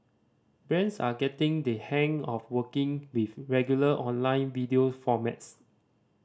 brands are getting the hang of working with regular online video formats